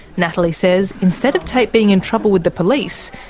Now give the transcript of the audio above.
natalie says instead of tate being in trouble with the police,